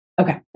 Okay